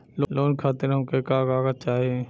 Loan खातीर हमके का का चाही?